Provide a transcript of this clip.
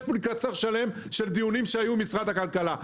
יש פה קלסר שלם של דיונים שהיו במשרד הכלכלה.